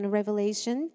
Revelation